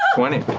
twenty.